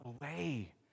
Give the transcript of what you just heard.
away